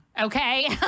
okay